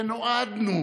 שנועדנו,